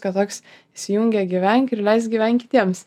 kad toks įsijungia gyvenk ir leisk gyvenk kitiems